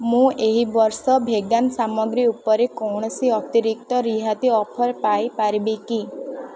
ମୁଁ ଏହି ବର୍ଷ ଭେଗାନ୍ ସାମଗ୍ରୀ ଉପରେ କୌଣସି ଅତିରିକ୍ତ ରିହାତି ଅଫର୍ ପାଇପାରିବି କି